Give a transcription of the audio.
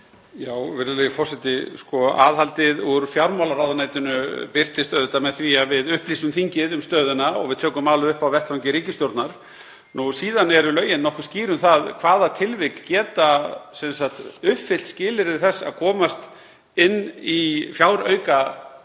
Virðulegi forseti. Aðhaldið úr fjármálaráðuneytinu birtist auðvitað með því að við upplýsum þingið um stöðuna og tökum málið upp á vettvangi ríkisstjórnar. Síðan eru lögin nokkuð skýr um það hvaða tilvik geta uppfyllt skilyrði þess að komast inn í fjáraukalög